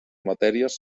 matèries